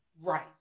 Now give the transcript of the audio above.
Right